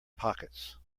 pockets